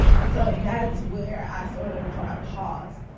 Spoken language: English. and so that's where i sort of draw a pause.